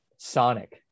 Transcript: Sonic